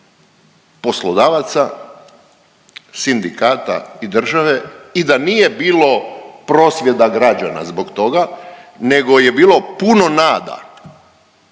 poslodavaca, sindikata i države i da nije bilo prosvjeda građana zbog toga, nego je bilo puno nada.